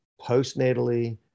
postnatally